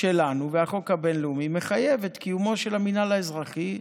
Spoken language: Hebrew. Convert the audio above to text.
שלנו והחוק הבין-לאומי מחייבים את קיומו של המינהל האזרחי,